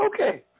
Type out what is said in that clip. Okay